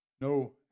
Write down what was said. No